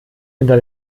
hinter